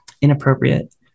inappropriate